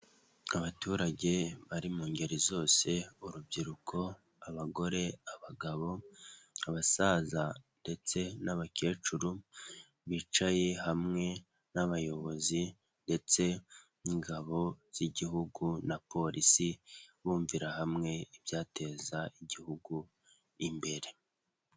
Abaturage bari mu ngeri zose, urubyiruko, abagore, abagabo, abasaza ndetse n'abakecuru bicaye hamwe n'abayobozi ndetse n'ingabo z'igihugu na polisi, bumvira hamwe ibyateza igihugu imbere.